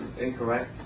incorrect